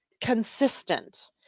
consistent